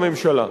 לממשלה.